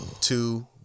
two